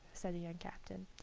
said the young captain,